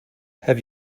have